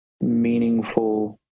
meaningful